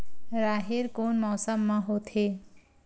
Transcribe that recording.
राहेर कोन मौसम मा होथे?